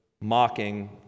mocking